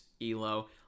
Elo